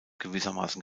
gewissermaßen